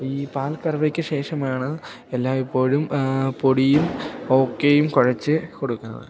ഈ പാൽക്കറവയ്ക്കു ശേഷമാണ് എല്ലായ്പ്പോഴും പൊടിയും ഓക്കയും കുഴച്ചു കൊടുക്കുന്നത്